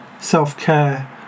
self-care